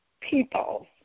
people